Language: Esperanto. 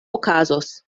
okazos